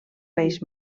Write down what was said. reis